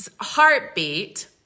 heartbeat